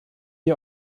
die